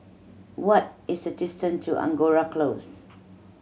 what is the distance to Angora Close